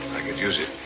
could use it.